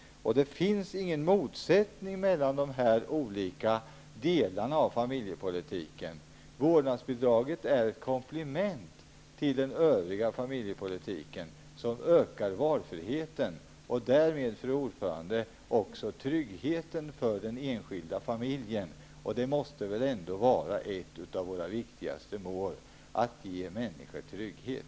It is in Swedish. Det finns ingen motsättning mellan dessa olika delar av familjepolitiken. Vårdnadsbidraget är ett komplement till den övriga familjepolitiken som ökar valfriheten och därmed, fru talman, tryggheten för den enskilda familjen. Ett av våra viktigaste mål måste väl ändå vara att ge människor trygghet.